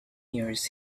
years